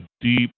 deep